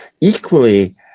equally